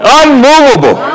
unmovable